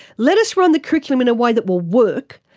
let us run the curriculum in a way that will work,